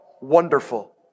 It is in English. wonderful